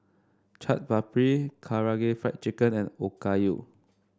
Chaat Papri Karaage Fried Chicken and Okayu